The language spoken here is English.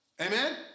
Amen